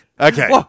Okay